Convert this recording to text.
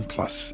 Plus